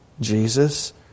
Jesus